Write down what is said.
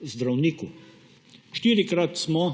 zdravniku. Štirikrat smo